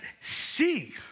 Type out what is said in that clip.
see